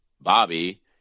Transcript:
Bobby